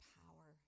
power